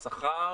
שכר?